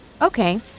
Okay